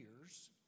years